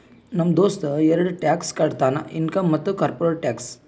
ನಮ್ ದೋಸ್ತ ಎರಡ ಟ್ಯಾಕ್ಸ್ ಕಟ್ತಾನ್ ಇನ್ಕಮ್ ಮತ್ತ ಕಾರ್ಪೊರೇಟ್ ಟ್ಯಾಕ್ಸ್